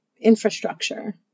infrastructure